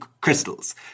crystals